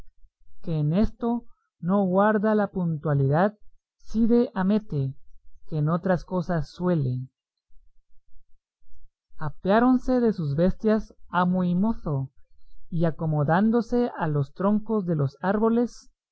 que en esto no guarda la puntualidad cide hamete que en otras cosas suele apeáronse de sus bestias amo y mozo y acomodándose a los troncos de los árboles